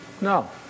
no